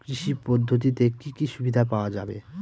কৃষি পদ্ধতিতে কি কি সুবিধা পাওয়া যাবে?